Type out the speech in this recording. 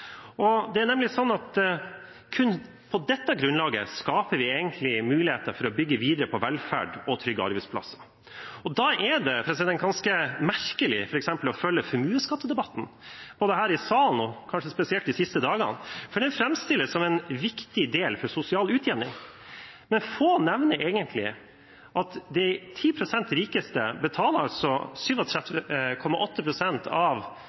rammevilkår. Det er nemlig sånn at kun på dette grunnlaget skaper vi muligheter for å bygge videre på velferd og trygge arbeidsplasser. Da er det ganske merkelig å følge f.eks. formuesskattdebatten her i salen, kanskje spesielt de siste dagene. Den framstilles som en viktig forutsetning for sosial utjevning. Men få nevner at de 10 pst. rikeste betaler 37,8 pst. av